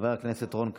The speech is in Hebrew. חבר הכנסת רון כץ,